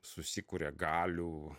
susikuria galių